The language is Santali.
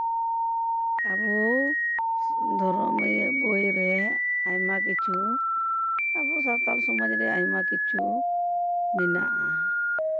ᱟᱵᱚ ᱫᱷᱚᱨᱚᱢ ᱨᱮᱭᱟᱜ ᱵᱳᱭ ᱨᱮ ᱟᱭᱢᱟ ᱠᱤᱪᱷᱩ ᱟᱵᱚ ᱥᱟᱱᱛᱟᱞ ᱥᱚᱢᱟᱡᱽ ᱨᱮ ᱟᱭᱢᱟ ᱠᱤᱪᱷᱩ ᱢᱮᱱᱟᱜᱼᱟ